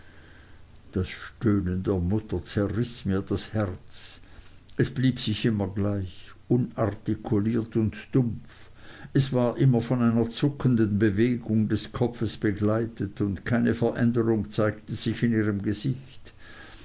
das stöhnen der mutter zerriß mir das herz es blieb sich immer gleich unartikuliert und dumpf es war immer von einer zuckenden bewegung des kopfes begleitet und keine veränderung zeigte sich in ihrem gesicht